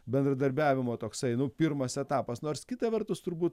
bendradarbiavimo toksai nu pirmas etapas nors kita vertus turbūt